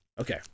Okay